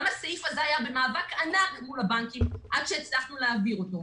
גם הסעיף הזה היה במאבק ענק מול הבנקים עד שהצלחנו להעביר אותו.